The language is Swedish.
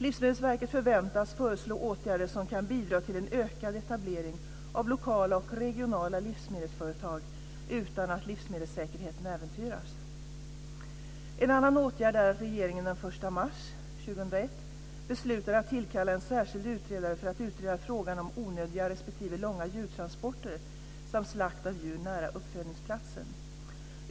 Livsmedelsverket förväntas föreslå åtgärder som kan bidra till ökad etablering av lokala och regionala livsmedelsföretag utan att livsmedelssäkerheten äventyras. En annan åtgärd är att regeringen den 1 mars 2001 beslutade att tillkalla en särskild utredare för att utreda frågan om onödiga respektive långa djurtransporter samt slakt av djur nära uppfödningsplatsen.